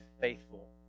faithful